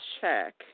check